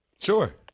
Sure